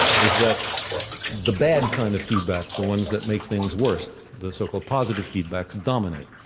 is that the bad kind of feedback, the ones that makes things worst, the so-called positive feedback, dominate.